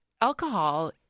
alcohol